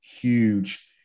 huge